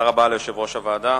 תודה רבה ליושב-ראש הוועדה.